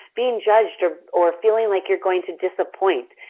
being judged or or feeling like you are going to disappoint.